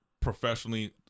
professionally